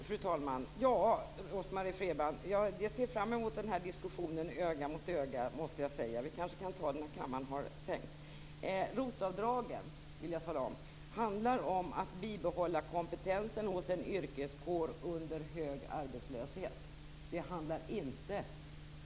Fru talman! Ja, Rose-Marie Frebran, jag måste säga att jag ser fram emot diskussionen öga mot öga. Vi kanske kan ta den när kammaren har stängt. ROT-avdragen handlar om att bibehålla kompetensen hos en yrkeskår under hög arbetslöshet.